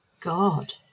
God